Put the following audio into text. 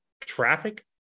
traffic